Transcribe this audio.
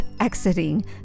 exiting